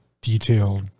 detailed